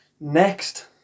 Next